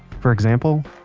for example,